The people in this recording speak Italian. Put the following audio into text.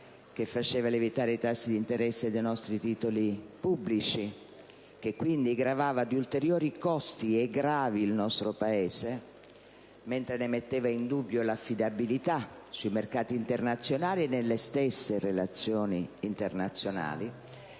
facendo lievitare i tassi di interesse dei nostri titoli pubblici, gravando di ulteriori gravi costi il nostro Paese e mettendo quindi in dubbio l'affidabilità sui mercati internazionali e nelle stesse relazioni internazionali,